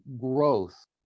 growth